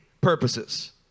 purposes